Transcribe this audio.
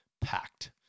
packed